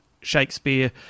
Shakespeare